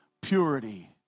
purity